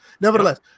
Nevertheless